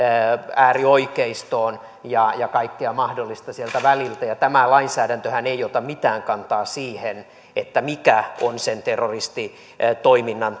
äärioikeistoon ja ja kaikkea mahdollista sieltä väliltä tämä lainsäädäntöhän ei ota mitään kantaa siihen mikä on sen terroristitoiminnan